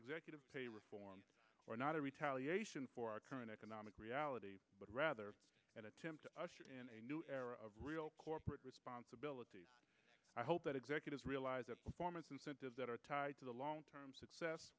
executive pay reform are not a retaliation for our current economic reality but rather an attempt to usher in a new era of real corporate responsibility i hope that executives realize that performance incentives that are tied to the long term success